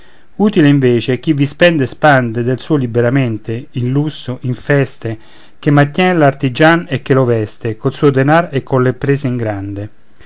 utile invece è chi vi spende e spande del suo liberamente in lusso in feste che mantien l'artigian e che lo veste col suo denar e colle imprese in grande